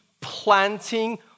planting